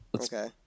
Okay